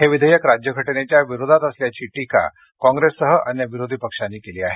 हे विधेयक राज्यघटनेच्या विरोधात असल्याची टीका कॉंप्रेससह अन्य विरोधी पक्षांनी केली आहे